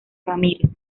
ramírez